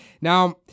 Now